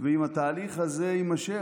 ואם התהליך הזה יימשך,